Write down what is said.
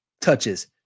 touches